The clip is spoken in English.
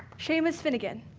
sheamus finnegan.